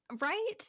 Right